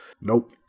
Nope